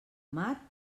mar